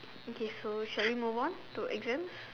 okay so shall we move on to exams